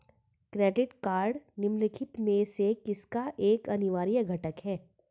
Credit card निम्नलिखित में से किसका एक अनिवार्य घटक है?